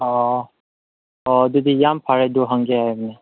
ꯑꯥ ꯑꯣ ꯑꯗꯨꯗꯤ ꯌꯥꯝ ꯐꯔꯦ ꯑꯗꯨ ꯍꯪꯒꯦ ꯍꯥꯏꯕꯅꯤ